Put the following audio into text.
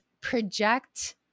project